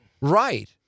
Right